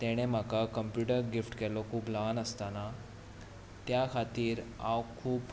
ताणें म्हाका computer gift केलो खूब ल्हान आसतना त्या खातीर हांव खूब